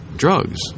Drugs